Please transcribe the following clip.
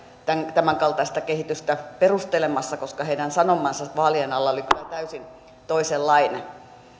tämänkaltaista kehitystä perustelemassa koska heidän sanomansa vaalien alla oli kyllä täysin toisenlainen